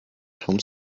home